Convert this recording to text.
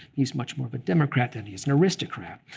he's much more of a democrat than he is an aristocrat.